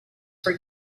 for